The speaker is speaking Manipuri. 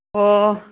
ꯑꯣ